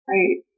Right